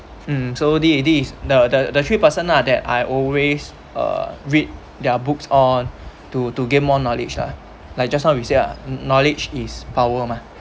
mm so this is this is the the the three person lah that I always uh read their books on to to gain more knowledge lah like just now we say a knowledge is power mah